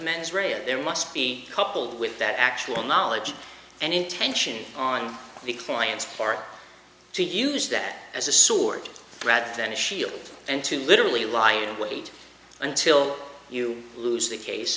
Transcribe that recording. rea there must be coupled with that actual knowledge and intention on the client's part to use that as a sword rather than a shield and to literally lie and wait until you lose the case